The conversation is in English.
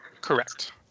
Correct